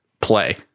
play